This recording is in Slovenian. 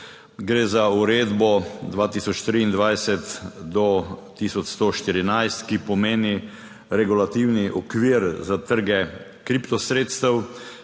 gre za uredbo 2023/1114, ki pomeni regulativni okvir za trge kriptosredstev,